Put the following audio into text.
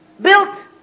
built